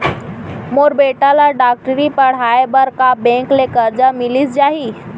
मोर बेटा ल डॉक्टरी पढ़ाये बर का बैंक ले करजा मिलिस जाही?